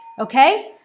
okay